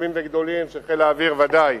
חשובים וגדולים, של חיל האוויר ודאי,